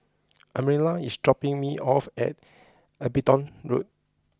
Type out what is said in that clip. Amira is dropping me off at Abingdon Road